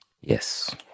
Yes